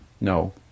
No